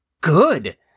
Good